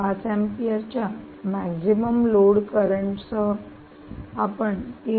5 ampere च्या maximum load current सह आपण 3